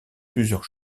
plusieurs